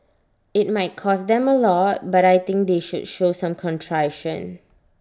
IT might cost them A lot but I think they should show some contrition